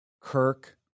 Kirk